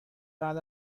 بعد